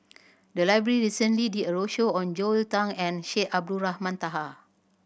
the library recently did a roadshow on Joel Tan and Syed Abdulrahman Taha